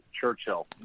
Churchill